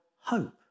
hope